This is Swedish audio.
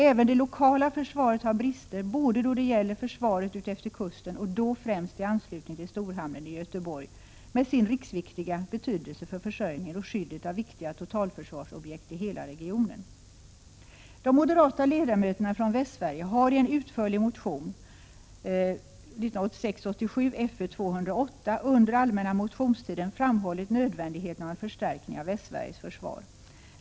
Även det lokala försvaret har brister när det gäller försvaret utefter kusten och då främst i anslutning till storhamnen i Göteborg med sin riksviktiga betydelse för försörjningen och skyddet av väsentliga totalförsvarsobjekt i hela regionen. De moderata ledamöterna från Västsverige har i en utförlig motion, 1986/87:Fö208, under allmänna motionstiden framhållit nödvändigheten av en förstärkning av Västsveriges försvar.